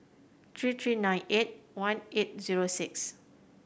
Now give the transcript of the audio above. three three nine eight one eight zero six